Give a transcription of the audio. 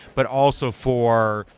but also for,